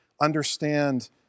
understand